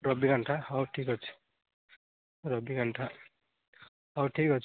ରବିକାନ୍ତା ହଉ ଠିକ୍ ଅଛି ରବିକାନ୍ତା ହଉ ଠିକ୍ ଅଛି